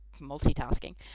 multitasking